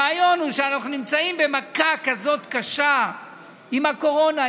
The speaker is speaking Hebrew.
הרעיון הוא שאנחנו נמצאים במכה כזאת קשה עם הקורונה,